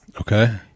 Okay